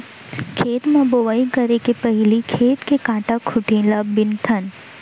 खेत म बोंवई करे के पहिली खेत के कांटा खूंटी ल बिनथन